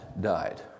died